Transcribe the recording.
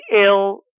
ill